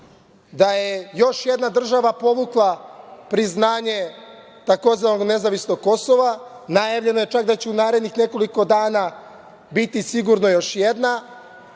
da je još jedna država povukla priznanje tzv. nezavisnog Kosova. Najavljeno je čak da će u narednih nekoliko dana biti sigurno još